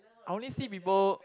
I only see people